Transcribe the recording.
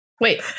Wait